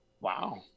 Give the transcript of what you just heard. Wow